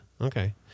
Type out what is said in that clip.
okay